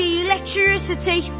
electricity